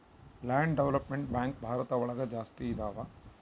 land development bank Bharat ಒಳಗ ಜಾಸ್ತಿ ಇದಾವ